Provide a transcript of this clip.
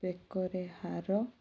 ବେକରେ ହାର